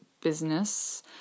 business